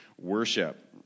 worship